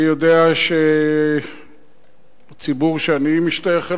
אני יודע שהציבור שאני משתייך אליו,